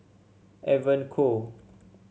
Evon Kow